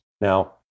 Now